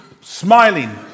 smiling